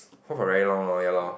hold for very long lor ya lor